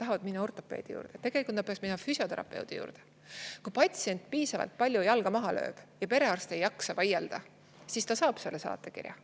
Tahavad minna ortopeedi juurde, aga tegelikult nad peaksid minema füsioterapeudi juurde. Kui patsient piisavalt palju jalga maha lööb ja perearst ei jaksa vaielda, siis ta saab selle saatekirja,